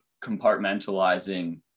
compartmentalizing